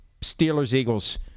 Steelers-Eagles